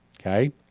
Okay